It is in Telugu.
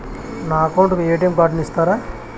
నా అకౌంట్ కు ఎ.టి.ఎం కార్డును ఇస్తారా